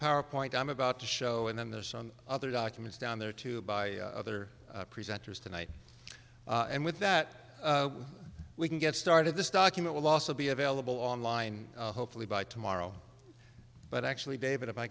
powerpoint i'm about to show and then there's some other documents down there too by other presenters tonight and with that we can get started this document will also be available online hopefully by tomorrow but actually david if i